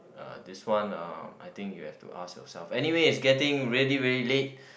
uh this one uh I think you have to ask yourself anyway is getting really really late